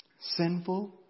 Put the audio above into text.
sinful